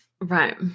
right